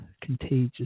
contagious